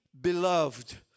beloved